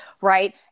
Right